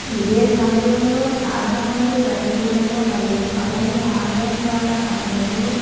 ఇదే సమయంలో చాలామంది రచయితలు మరియు కవులు ఆన్లైన్ ద్వారా తమ తెలుగు